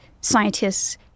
scientists